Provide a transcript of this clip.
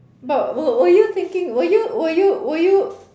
but were were you thinking were you were you were you